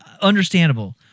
Understandable